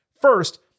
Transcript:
First